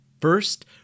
First